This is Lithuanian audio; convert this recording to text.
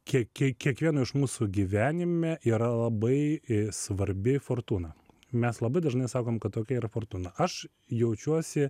kiek kiek kiekvieno iš mūsų gyvenime yra labai svarbi fortūna mes labai dažnai sakom kad tokia yra fortūna aš jaučiuosi